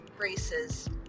races